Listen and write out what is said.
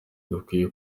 dukwiye